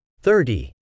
thirty